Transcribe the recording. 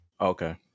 okay